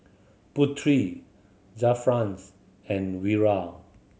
Putri Zafran and Wira